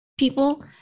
People